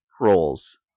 roles